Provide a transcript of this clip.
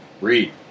read